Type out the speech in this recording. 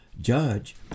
judge